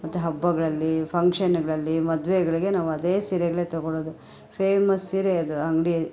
ಮತ್ತು ಹಬ್ಬಗಳಲ್ಲಿ ಫಂಕ್ಷನ್ಗಳಲ್ಲಿ ಮದುವೆಗಳಿಗೆ ನಾವು ಅದೇ ಸೀರೆಗಳೇ ತೊಗೊಳ್ಳೋದು ಫೇಮಸ್ ಸೀರೆ ಅದು ಆ ಅಂಗಡಿ